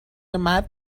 مرد